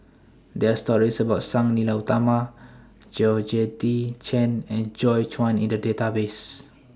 There Are stories about Sang Nila Utama Georgette Chen and Joi Chua in The Database